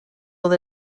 with